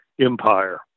empire